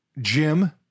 Jim